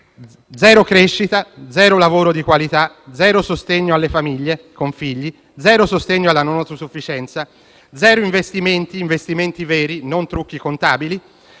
zero crescita, zero lavoro di qualità, zero sostegno alle famiglie con figli, zero sostegno alla non autosufficienza, zero investimenti (investimenti veri, non trucchi contabili).